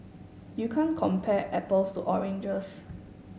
you can't compare apples to oranges